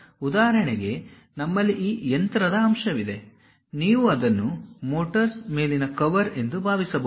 ಆದ್ದರಿಂದ ಉದಾಹರಣೆಗೆ ನಮ್ಮಲ್ಲಿ ಈ ಯಂತ್ರದ ಅಂಶವಿದೆ ನೀವು ಇದನ್ನು ಮೋಟರ್ನ ಮೇಲಿನ ಕವರ್ ಎಂದು ಭಾವಿಸಬಹುದು